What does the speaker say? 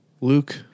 luke